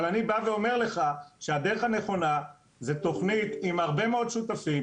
אבל אני בא ואומר לך שהדרך הנכונה זה תוכנית עם הרבה מאוד שותפים,